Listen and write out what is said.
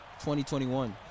2021